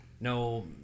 no